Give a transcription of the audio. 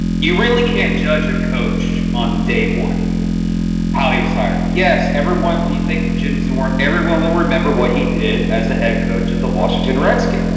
you really can't judge a coach on day one how he was hired yes, everyone when you think of jim's warn everyone will remember what he did as a head coach of the washington redskins